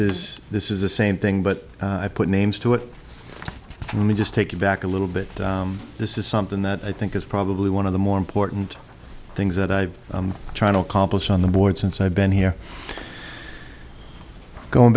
is this is the same thing but i put names to it for me just take it back a little bit this is something that i think is probably one of the more important things that i've been trying to accomplish on the board since i've been here going